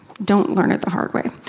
don't learn it the hard way.